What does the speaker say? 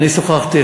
שוחחתי,